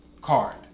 card